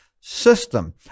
system